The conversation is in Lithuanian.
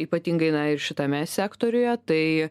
ypatingai na ir šitame sektoriuje tai